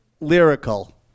lyrical